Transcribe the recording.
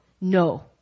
no